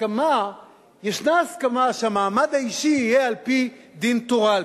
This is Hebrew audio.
שישנה הסכמה שהמעמד האישי יהיה על-פי דין תורה,